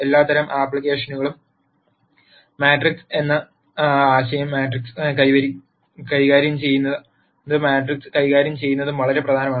എല്ലാത്തരം ആപ്ലിക്കേഷനുകൾക്കും മാട്രിക്സ് എന്ന ആശയം മാട്രിക്സ് കൈകാര്യം ചെയ്യുന്നതും മാട്രിക്സുകൾ കൈകാര്യം ചെയ്യുന്നതും വളരെ പ്രധാനമാണ്